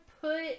put